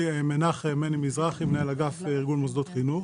מנהל אגף ארגון מוסדות חינוך.